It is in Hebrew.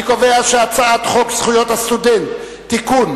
ההצעה להעביר את הצעת חוק זכויות הסטודנט (תיקון,